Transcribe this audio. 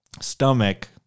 stomach